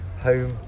home